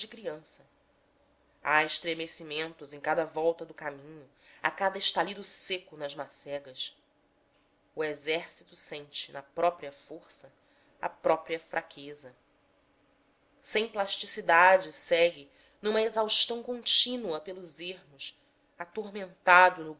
criança há estremecimentos em cada volta do caminho a cada estalido seco nas macegas o exército sente na própria força a própria fraqueza sem plasticidade segue numa exaustão contínua pelos ermos